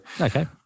Okay